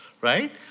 right